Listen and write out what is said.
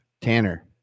Tanner